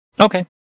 Okay